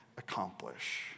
accomplish